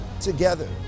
together